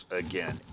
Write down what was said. again